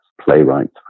playwrights